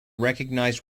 recognised